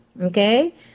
okay